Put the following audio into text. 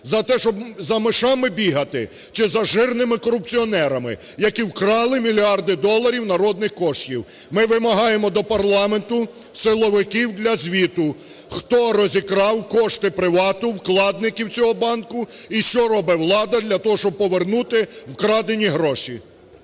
за те, щоб за мишами бігати чи за жирними корупціонерами, які вкрали мільярди доларів народних коштів. Ми вимагаємо до парламенту силовиків для звіту: хто розікрав кошти "Привату", вкладників цього банку, і що робить влада для того, щоб повернути вкрадені гроші.